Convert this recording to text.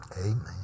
Amen